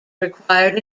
required